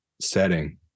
setting